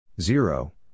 Zero